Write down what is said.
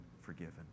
forgiven